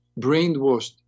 brainwashed